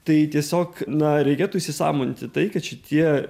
tai tiesiog na reikėtų įsisąmoninti tai kad šitie